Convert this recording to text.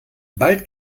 bald